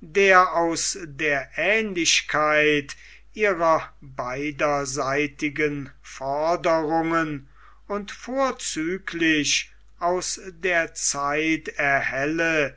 der aus der aehnlichkeit ihrer beiderseitigen forderungen und vorzüglich aus der zeit erhelle